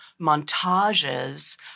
montages